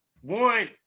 one